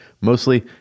mostly